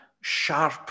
sharp